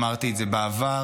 אמרתי את זה בעבר.